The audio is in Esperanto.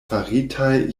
faritaj